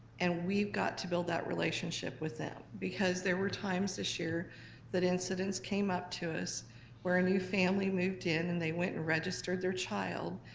and we've got to build that relationship with them. because there were times this year that incidents came up to us where a new family moved in and they went and registered their child,